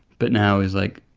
but now is, like,